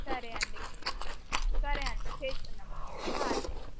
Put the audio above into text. సరే అండి సరే అండి చేస్తున్నాం అండి